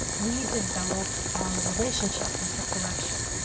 we develop a relationship with the collection.